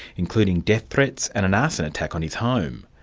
including death threats and an arson attack on his home.